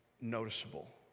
noticeable